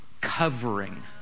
covering